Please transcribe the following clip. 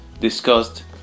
discussed